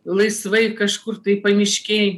laisvai kažkur tai pamiškėj